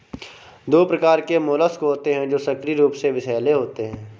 दो प्रकार के मोलस्क होते हैं जो सक्रिय रूप से विषैले होते हैं